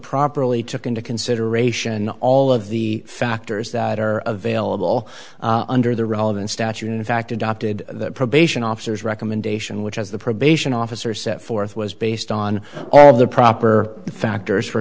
properly took into consideration all of the factors that are available under the relevant statute in fact adopted the probation officers recommendation which as the probation officer set forth was based on all of the proper factors for